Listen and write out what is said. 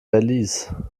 belize